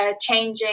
changing